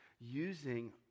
using